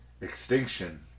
Extinction